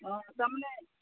অঁ তাৰমানে